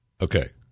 Okay